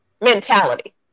Mentality